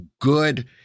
good